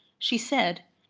she said,